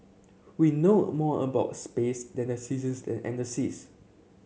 we know a more about space than the seasons and the seas